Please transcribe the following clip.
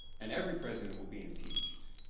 and every president will be impeached.